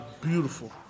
beautiful